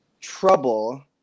trouble